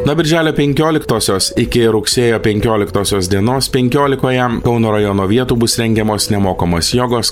nuo birželio penkioliktosios iki rugsėjo penkioliktosios dienos penkiolikoje kauno rajono vietų bus rengiamos nemokamos jogos